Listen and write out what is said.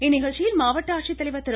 இந்நிகழ்ச்சியில் மாவட்ட ஆட்சித்தலைவர் திரு